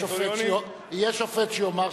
יהיה שופט שיאמר,